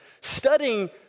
studying